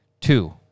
two